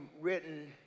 written